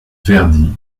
verdi